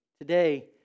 Today